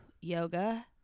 yoga